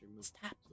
stop